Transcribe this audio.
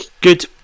Good